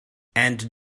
and